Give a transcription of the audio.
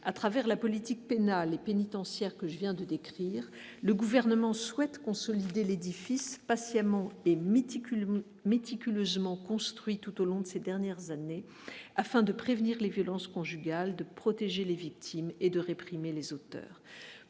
à travers la politique pénale et pénitentiaire que je viens de décrire le gouvernement souhaite consolider l'édifice patiemment et méticuleusement méticuleusement construit tout au long de ces dernières années, afin de prévenir les violences conjugales, de protéger les victimes et de réprimer les auteurs